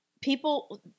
people